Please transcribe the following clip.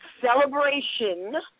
celebration